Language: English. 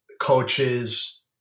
Coaches